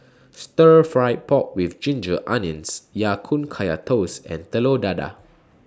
Stir Fried Pork with Ginger Onions Ya Kun Kaya Toast and Telur Dadah